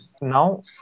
now